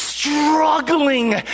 Struggling